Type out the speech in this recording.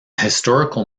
historical